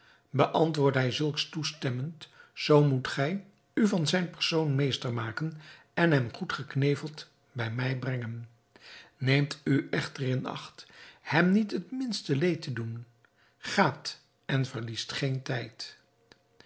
beantwoordt hij zulks toestemmend zoo moet gij u van zijn persoon meester maken en hem goed gekneveld bij mij brengen neemt u echter in acht hem niet het minste leed te doen gaat en verliest geen tijd